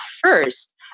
first